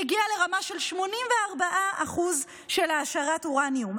היא הגיעה לרמה של 84% של העשרת אורניום,